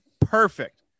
Perfect